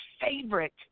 favorite